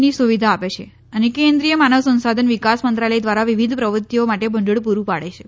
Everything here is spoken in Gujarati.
ની સુવિધા આપે છે અને કેન્રિમાય માનવ સંસાધન વિકાસ મંત્રાલય દ્વારા વિવિધ પ્રવૃતિઓ માટે ભંડીળ પુરૂં પાડે છે